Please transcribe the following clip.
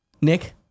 Nick